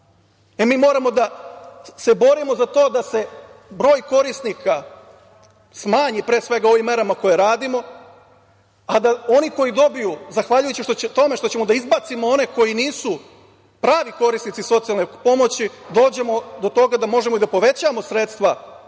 moramo da se borimo za to da se broj korisnika smanji pre svega ovim merama koje radimo, a da oni koji dobiju zahvaljujući tome što ćemo da izbacimo one koji nisu pravi korisnici socijalne pomoći, dođemo do toga da možemo i da povećavamo sredstva onima